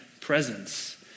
presence